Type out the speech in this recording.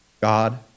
God